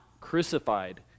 crucified